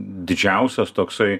didžiausias toksai